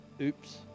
Oops